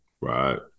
Right